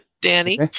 Danny